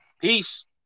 Peace